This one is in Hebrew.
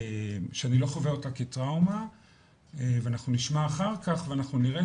שאני לא חווה אותה כטראומה ואנחנו נשמע אחר כך ואנחנו נראה